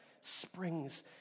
Springs